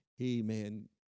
Amen